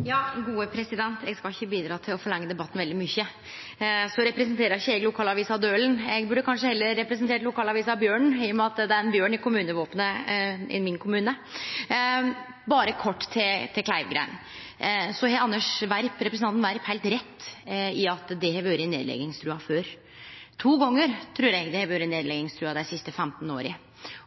Eg skal ikkje bidra til å forlengje debatten veldig mykje. Eg representerer ikkje lokalavisa Dølen. Eg burde kanskje heller ha representert lokalavisa Bjørnen, i og med at det er ein bjørn i kommunevåpenet til kommunen min. Berre kort når det gjeld Kleivgrend: Representanten Werp har heilt rett i at det har vore nedleggingstrua før. To gonger dei siste 15 åra trur eg det har vore nedleggingstrua.